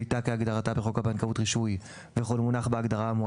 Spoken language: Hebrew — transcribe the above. "שליטה" כהגדרתה בחוק הבנקאות (רישוי) וכל מונח בהגדרה האמורה